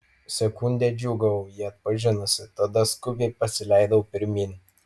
sekundę džiūgavau jį atpažinusi tada skubiai pasileidau pirmyn